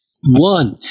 One